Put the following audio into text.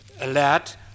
alert